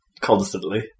constantly